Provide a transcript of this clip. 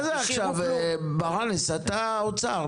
ברנס, אתה האוצר.